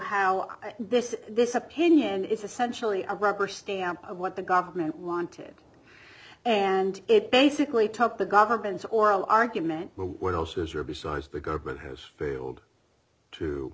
how this this opinion is essentially a rubber stamp what the government wanted and it basically took the government's oral argument what else is there besides the government has failed to